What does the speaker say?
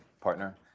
partner